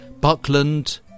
Buckland